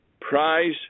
prize